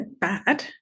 bad